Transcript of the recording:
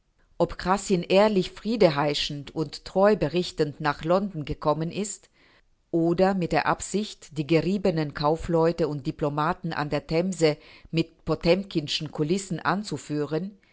ob krassin ehrlich friedeheischend und treu berichtend nach london gekommen ist oder mit der absicht die geriebenen kaufleute und diplomaten an der themse mit potemkinschen kulissen anzuführen